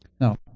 Now